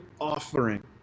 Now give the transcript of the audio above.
offering